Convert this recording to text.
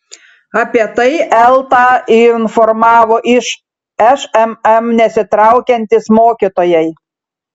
apie tai eltą informavo iš šmm nesitraukiantys mokytojai